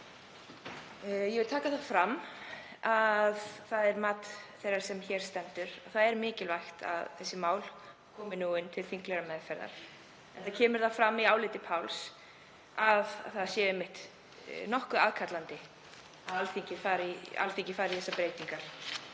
Ég vil taka það fram að það er mat þeirrar sem hér stendur að mikilvægt sé að málið komi nú inn til þinglegrar meðferðar, enda kemur fram í áliti Páls að það sé einmitt nokkuð aðkallandi að Alþingi fari í þessar breytingar